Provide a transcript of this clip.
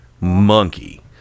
monkey